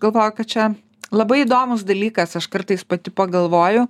galvoju kad čia labai įdomus dalykas aš kartais pati pagalvoju